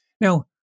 Now